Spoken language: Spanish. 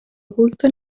oculta